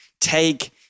Take